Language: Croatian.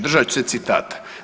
Držat ću se citata.